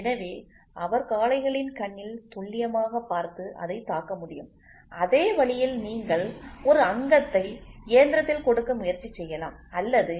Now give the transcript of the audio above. எனவே அவர் காளைகளின் கண்ணில் துல்லியமாகப் பார்த்து அதைத் தாக்க முடியும் அதே வழியில் நீங்கள் ஒரு அங்கத்தை இயந்திரத்தில் கொடுக்க முயற்சி செய்யலாம் அல்லது